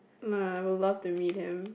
ya I would love to be them